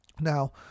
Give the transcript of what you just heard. now